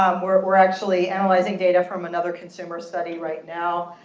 um we're we're actually analyzing data from another consumer study, right now,